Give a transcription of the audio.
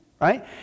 right